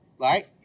right